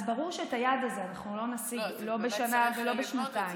אז ברור שאת היעד הזה אנחנו לא נשיג לא בשנה ולא בשנתיים.